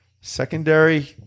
Secondary